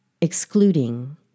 excluding